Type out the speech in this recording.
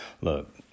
Look